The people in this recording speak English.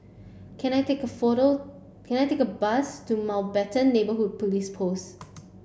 can I take a photo can I take a bus to Mountbatten Neighbourhood Police Post